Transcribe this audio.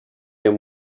him